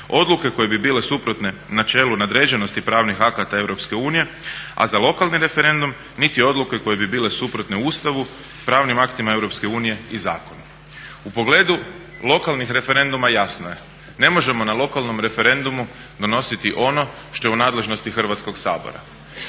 odluke koje bi bile suprotne načelu nadređenosti pravnih akata EU, a za lokalni referendum niti odluke koje bi bile suprotne Ustavu, pravnim aktima EU i zakonu. U pogledu lokalnih referenduma jasno je, ne možemo na lokalnom referendumu donositi ono što je u nadležnosti Hrvatskog sabora.